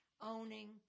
Owning